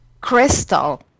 Crystal